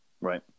right